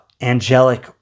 angelic